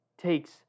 takes